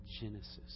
Genesis